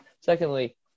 secondly